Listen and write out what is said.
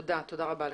תודה רבה לך.